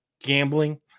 gambling